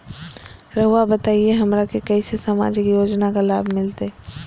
रहुआ बताइए हमरा के कैसे सामाजिक योजना का लाभ मिलते?